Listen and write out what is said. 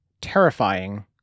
terrifying